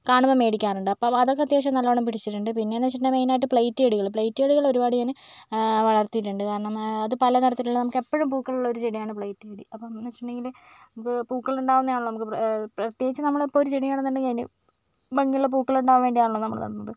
കാണുമ്പം മേടിക്കാറുണ്ട് അപ്പോൾ അതൊക്കെ അത്യാവശ്യം നല്ലവണ്ണം പിടിച്ചിട്ടുണ്ട് പിന്നെയെന്ന് വെച്ചിട്ടുണ്ടെങ്കിൽ മെയിൻ ആയിട്ട് പ്ലേറ്റ് ചെടികൾ പ്ലേറ്റ് ചെടികൾ ഒരുപാട് ഞാൻ വളർത്തിയിട്ടുണ്ട് കാരണം അത് പലതരത്തിലുള്ള നമുക്ക് എപ്പോഴും പൂക്കൾ ഉള്ള ഒരു ചെടിയാണ് പ്ലേറ്റ് ചെടി അപ്പോഴെന്ന് വെച്ചിട്ടുണ്ടെങ്കിൽ ഇപ്പോൾ പൂക്കൾ ഉണ്ടാകുന്നത് ആണല്ലോ നമുക്ക് പ്രത്യേകിച്ച് ചെടികൾ നടുന്നത് ഭംഗി ഉള്ള പൂക്കൾ ഉണ്ടാകാൻ വേണ്ടിയാണല്ലോ നമ്മൾ നടുന്നത്